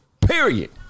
Period